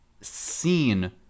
seen